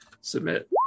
Submit